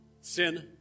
sin